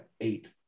eight